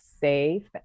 safe